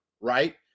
right